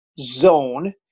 zone